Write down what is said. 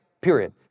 period